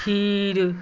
खीर